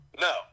No